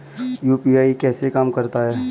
UPI कैसे काम करता है?